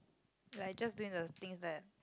like I just doing the things that